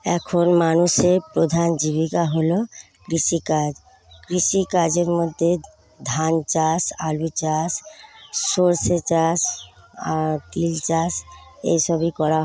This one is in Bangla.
এখন মানুষের প্রধান জীবিকা হল কৃষিকাজ কৃষিকাজের মধ্যে ধান চাষ আলু চাষ সরষে চাষ তিল চাষ এই সবই করা হয়